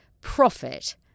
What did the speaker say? profit